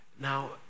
now